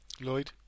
Lloyd